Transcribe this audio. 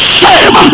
shame